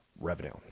revenue